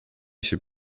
się